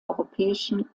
europäischen